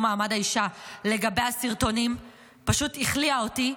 מעמד האישה לגבי הסרטונים פשוט החליאה אותי,